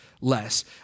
less